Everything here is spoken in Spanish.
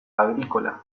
agrícola